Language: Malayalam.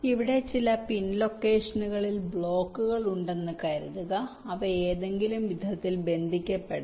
ഇവിടെ ചില പിൻ ലൊക്കേഷനുകളിൽ ബ്ലോക്കുകൾ ഉണ്ടെന്ന് കരുതുക അവ ഏതെങ്കിലും വിധത്തിൽ ബന്ധിപ്പിക്കപ്പെടണം